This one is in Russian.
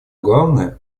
главное